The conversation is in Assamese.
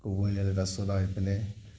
ক'বহি লাগে তাৰপিছত আৰু সিফালে